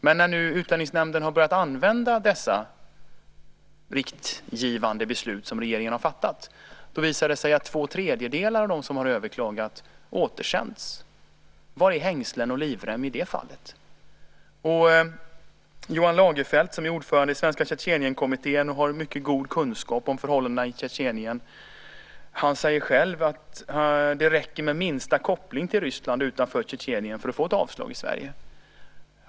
Men när nu Utlänningsnämnden har börjat använda dessa vägledande beslut som regeringen har fattat visar det sig att två tredjedelar av dem som har överklagat återsänds. Var är hängslen och livrem i det fallet? Johan Lagerfelt som är ordförande i Svenska Tjetjenienkommittén och har mycket god kunskap om förhållandena i Tjetjenien säger att det räcker med minsta koppling till Ryssland utanför Tjetjenien för att få ett avslag i Sverige.